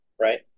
right